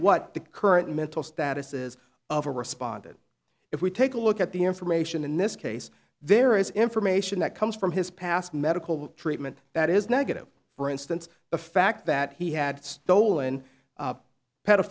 what the current mental status is of a responded if we take a look at the information in this case there is information that comes from his past medical treatment that is negative for instance the fact that he had stolen